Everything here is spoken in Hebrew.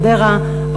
חדרה,